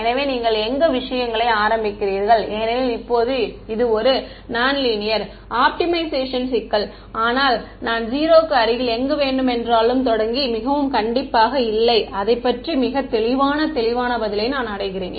எனவே நீங்கள் எங்கு விஷயங்களை ஆரம்பிக்கிறீர்கள் ஏனெனில் இப்போது இது ஒரு நான் லீனியர் ஆப்டிமைசேஷன் சிக்கல் ஆனால் நான் 0 க்கு அருகில் எங்கும் வேண்டுமென்றாலும் தொடங்கி மிகவும் கண்டிப்பாக இல்லை அதைப் பற்றி மிகத் தெளிவான தெளிவான பதிலை நான் அடைகிறேன்